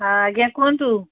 ହଁ ଆଜ୍ଞା କୁହନ୍ତୁ